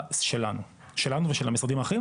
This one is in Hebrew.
שלנו ושל המשרדים האחרים,